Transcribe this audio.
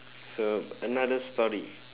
so another story